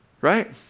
Right